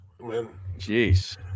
Jeez